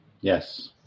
Yes